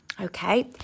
Okay